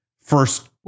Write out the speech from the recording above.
first